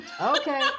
Okay